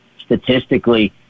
statistically